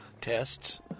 tests